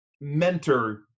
mentor